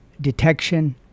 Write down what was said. detection